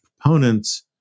proponents